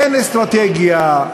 אין אסטרטגיה,